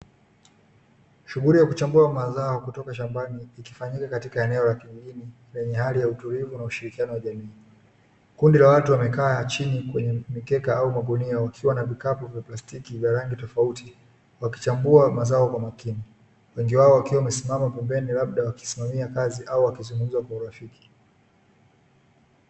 Shughuli ya kuchambua mazao kutoka shambani ikifanyika katika eneo la kijijini lenye hali ya utulivu na ushirikiano wa jamii. Kundi la watu wamekaa chini kwenye mikeka au magunia wakiwa na vikapu vya plastiki vya rangi tofauti wakichambua mazao kwa makini, wengi wao wakiwa wamesimama pembeni labda wakisimamia kazi au wakzungumza kwa urafiki.